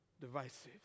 divisive